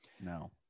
No